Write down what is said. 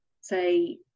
say